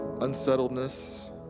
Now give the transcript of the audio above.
unsettledness